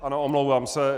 Ano, omlouvám se.